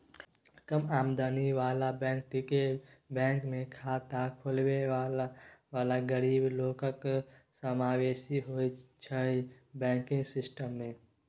कम आमदनी बला बेकतीकेँ बैंकमे खाता खोलबेलासँ गरीब लोकक समाबेशन होइ छै बैंकिंग सिस्टम मे